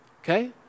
okay